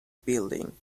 building